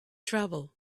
travel